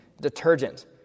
detergent